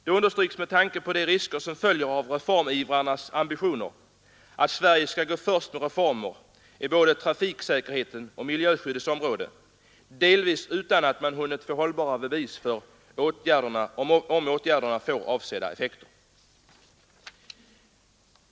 Det understryks med tanke på de risker som följer av reformivrarnas ambitioner att Sverige skall gå först med reformer på både trafiksäkerhetens och miljöskyddets områden, delvis utan att man hunnit få hållbara bevis för att åtgärderna får avsedda effekter.